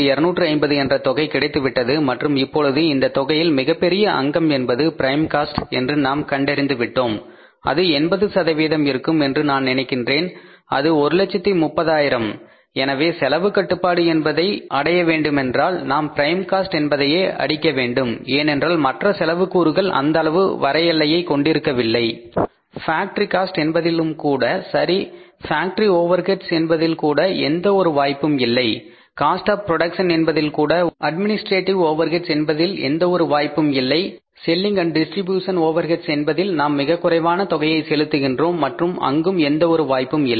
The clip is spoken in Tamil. எனவே நமக்கு 163250 என்ற தொகை கிடைத்துவிட்டது மற்றும் இப்பொழுது இந்தத் தொகையில் மிகப்பெரிய அங்கம் என்பது ப்ரைம் காஸ்ட் என்று நாம் கண்டறிந்து விட்டோம் அது 80 இருக்கும் என்று நான் நினைக்கின்றேன் அது 130000 எனவே செலவு கட்டுப்பாடு என்பது அடையப்பட வேண்டுமென்றால் நாம் ப்ரைம் காஸ்ட் என்பதையே அடிக்க வேண்டும் ஏனென்றால் மற்ற செலவு கூறுகள் அந்த அளவு வரையெல்லையை கொண்டிருக்கவில்லை ஃபேக்டரி காஸ்ட் என்பதிலும் கூட சரி ஃபேக்டரி ஓவர் ஹெட்ஸ் என்பதில் கூட எந்த ஒரு வாய்ப்பும் இல்லை காஸ்ட் ஆப் புரோடக்சன் என்பதில் கூட அட்மினிஸ்ட்ரேட்டிவ் ஓவர்ஹெட்ஸ் என்பதில் எந்த ஒரு வாய்ப்பும் இல்லை selling and distribution overheads Selling Distribution overheads என்பதில் நாம் மிகக் குறைவான தொகையை செலுத்துகின்றோம் மற்றும் அங்கும் எந்த ஒரு வாய்ப்பும் இல்லை